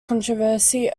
controversy